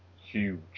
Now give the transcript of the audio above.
huge